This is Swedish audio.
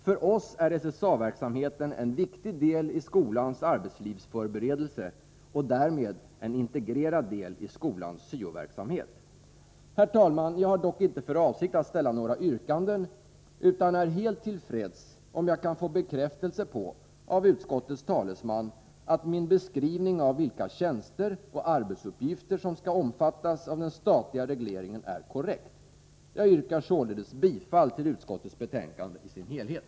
För oss är SSA-verksamheten en viktig del i skolans arbetslivsförberedelse och därmed en integrerad del av skolans syo-verksamhet. Herr talman! Jag har inte för avsikt att ställa några yrkanden utan är helt till freds om jag av utskottets talesman kan få bekräftelse på att min beskrivning av vilka tjänster och arbetsuppgifter som skall omfattas av den statliga regleringen är korrekt. Jag yrkar således bifall till utskottets hemställan i dess helhet.